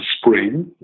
spring